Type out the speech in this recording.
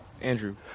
Andrew